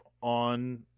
on